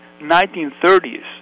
1930s